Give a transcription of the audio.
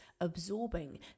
absorbing